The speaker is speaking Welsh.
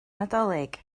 nadolig